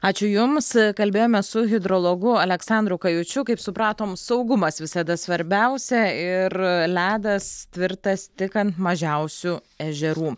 ačiū jums kalbėjome su hidrologu aleksandru kajučiu kaip supratom saugumas visada svarbiausia ir ledas tvirtas tik ant mažiausių ežerų